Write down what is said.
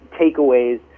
takeaways